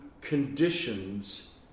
conditions